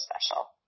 special